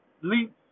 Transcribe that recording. leap